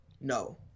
No